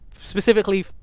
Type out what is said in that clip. specifically